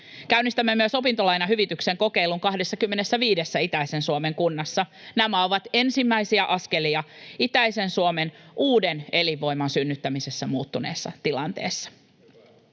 Käynnistämme myös opintolainahyvityksen kokeilun 25:ssä itäisen Suomen kunnassa. Nämä ovat ensimmäisiä askelia itäisen Suomen uuden elinvoiman synnyttämisessä muuttuneessa tilanteessa.